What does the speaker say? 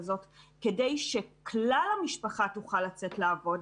ולחזקה כדי שכלל המשפחה תוכל לצאת לעבוד,